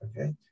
okay